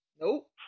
Nope